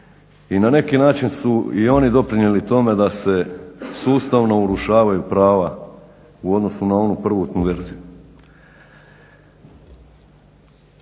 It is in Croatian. i na neki način su i oni doprinijeli tome da se sustavno urušavaju prava u odnosu na onu prvotnu verziju.